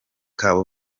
kabo